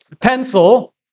Pencil